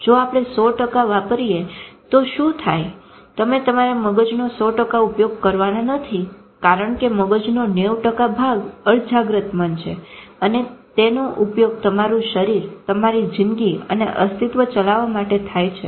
જો આપણે 100 વાપરીએ તો શું થાય તમે તમારા મગજનો 100 ઉપયોગ કરવાના નથી કારણ કે મગજનો 90 ભાગ અર્ધજાગ્રત મન છે અને તેનો ઉપયોગ તમારું શરીર અને તમારી જિંદગી અને અસ્તિત્વ ચલાવવા માટે થાય છે